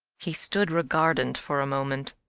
he stood regardant for a moment.